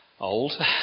old